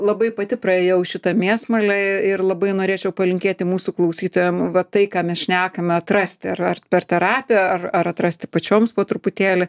labai pati praėjau šitą mėsmalę ir labai norėčiau palinkėti mūsų klausytojam va tai ką mes šnekame atrasti ar ar per terapiją ar ar atrasti pačioms po truputėlį